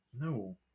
No